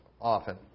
often